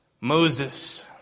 Moses